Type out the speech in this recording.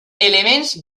elements